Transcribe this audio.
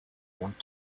want